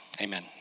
Amen